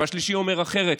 והשלישי אומר אחרת.